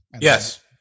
Yes